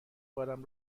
بارم